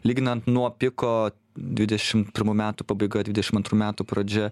lyginant nuo piko dvidešimt pirmų metų pabaiga dvidešimt antrų metų pradžia